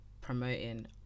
promoting